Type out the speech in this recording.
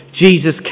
Jesus